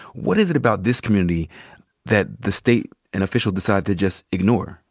what is it about this community that the state and officials decide to just ignore?